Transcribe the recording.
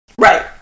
Right